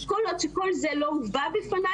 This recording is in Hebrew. כל עוד שכל זה לא הובא בפני,